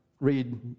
read